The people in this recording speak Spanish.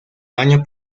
año